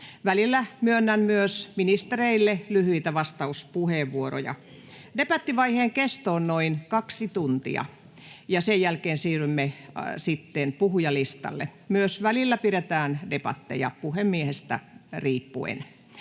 Välillä myönnän myös ministereille lyhyitä vastauspuheenvuoroja. Debattivaiheen kesto on noin kaksi tuntia, ja sen jälkeen siirrymme sitten puhujalistalle. Myös välillä pidetään debatteja puhemiehestä riippuen.